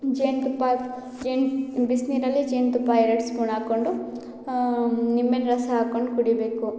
ಜೇನು ತುಪ್ಪ ಜೇನು ಬಿಸ್ನೀರಲ್ಲಿ ಜೇನು ತುಪ್ಪ ಎರಡು ಸ್ಪೂನ್ ಹಾಕೊಂಡು ನಿಂಬೆ ಹಣ್ಣು ರಸ ಹಾಕೊಂಡು ಕುಡಿಬೇಕು